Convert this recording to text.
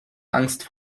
angst